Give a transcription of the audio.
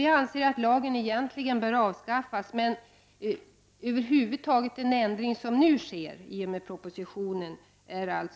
Vi anser att lagen egentligen bör avskaffas, men vi motsätter oss just nu att den över huvud taget ändras på det sätt som är föreslaget.